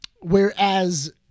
Whereas